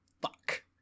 fuck